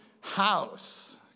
house